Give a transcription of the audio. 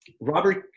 Robert